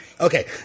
Okay